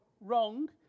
wrong